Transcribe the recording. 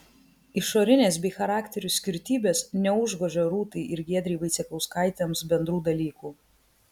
išorinės bei charakterių skirtybės neužgožia rūtai ir giedrei vaicekauskaitėms bendrų dalykų